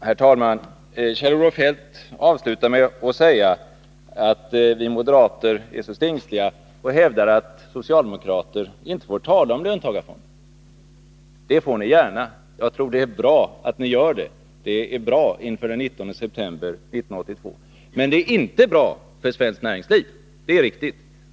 Herr talman! Kjell-Olof Feldt avslutade med att säga att vi moderater är så stingsliga och hävdar att socialdemokrater inte får tala om löntagarfonder. Det får ni gärna; jag tror att det är bra att ni gör det — det är bra inför den 19 september 1982. Men det är inte bra för svenskt näringsliv.